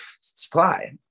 supply